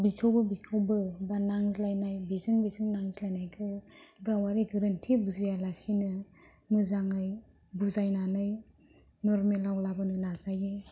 बेखौबो बेखौबो बा नांज्लायनाय बेजों बेजों नांज्लायनायखौ गावारि गोरोन्थि बुजिया लासिनो मोजाङै बुजायनानै नरमेलाव लाबोनो नाजायो